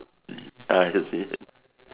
I see